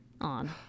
on